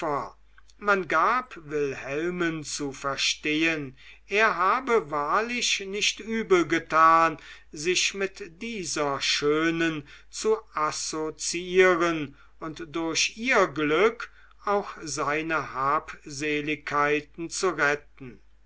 man gab wilhelmen zu verstehen er habe wahrlich nicht übel getan sich mit dieser schönen zu assoziieren und durch ihr glück auch seine habseligkeiten zu retten